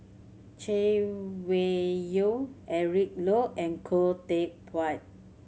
Chay Weng Yew Eric Low and Khoo Teck Puat